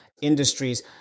industries